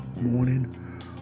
morning